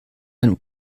einem